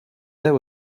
there